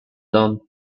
done